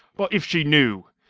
but if she knew!